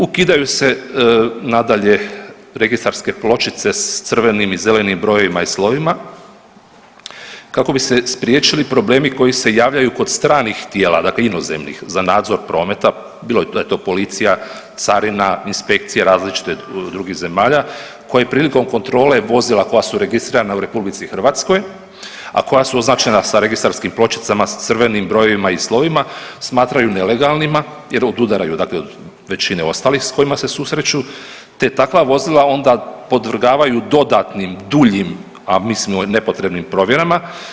Ukidaju se nadalje registarske pločice s crvenim i zelenim brojevima i slovima kako bi se spriječili problemi koji se javljaju kod stranih tijela dakle inozemnih za nadzor prometa bilo da je to policija, carina, inspekcije različite drugih zemalja koje prilikom kontrole vozila koja su registrirana u RH, a koja su označena sa registarskim pločicama sa crvenim brojevima i slovima smatraju nelegalnima jer odudaraju dakle od većine ostalih s kojim se susreću te takva vozila onda podvrgavaju dodatnim duljim, a mislimo nepotrebnim provjerama.